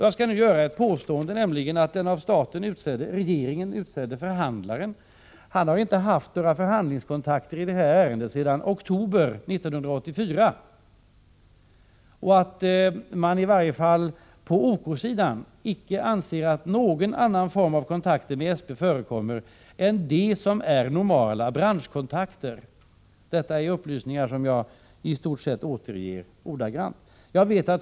Jag skall nu göra påståendet att den av regeringen utsedde förhandlaren inte haft några förhandlingskontakter i detta ärende sedan oktober 1984. I varje fall på OK-sidan anser man inte att någon annan form av kontakter med SP förekommer än de som är normala branschkontakter. Detta är upplysningar som jag återger i stort sett ordagrant.